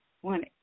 one